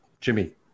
Jimmy